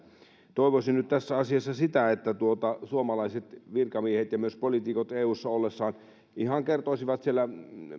toivoisin nyt tässä asiassa sitä että suomalaiset virkamiehet ja myös poliitikot eussa ollessaan ihan kertoisivat siellä